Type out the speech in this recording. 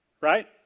right